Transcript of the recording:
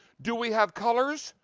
do we have colors?